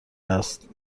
است